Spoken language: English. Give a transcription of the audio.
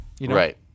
right